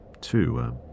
two